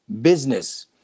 business